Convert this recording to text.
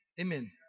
amen